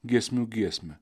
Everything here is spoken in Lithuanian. giesmių giesmę